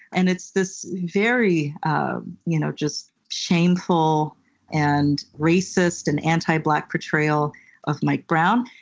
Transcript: and it's this very you know just shameful and racist and anti-black portrayal of mike brown,